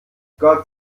gott